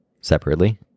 Separately